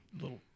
Little